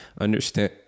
understand